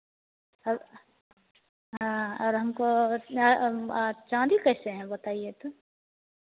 हाँ और हमको चाँदी कैसे हैं बताइए तो